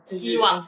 eh wait wait